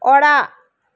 ᱚᱲᱟᱜ